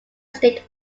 state